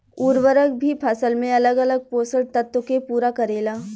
उर्वरक भी फसल में अलग अलग पोषण तत्व के पूरा करेला